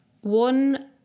one